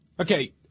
Okay